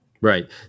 Right